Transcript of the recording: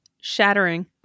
shattering